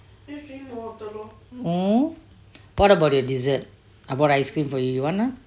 oo what about the dessert I bought ice cream for you you want or not